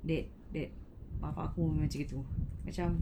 that that bapa aku macam gitu macam